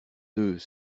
deux